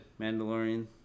mandalorian